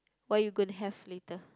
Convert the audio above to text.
what you gonna have later